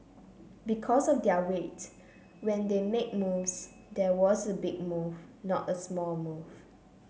because of their weight when they make moves there was a big move not a small move